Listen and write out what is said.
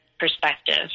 perspective